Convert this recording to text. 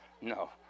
No